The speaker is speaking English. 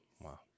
wow